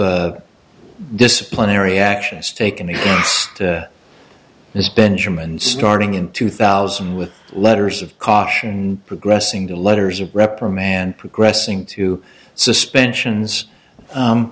of disciplinary actions taken in this benjamin starting in two thousand with letters of caution progressing to letters of reprimand progressing to suspension